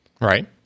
right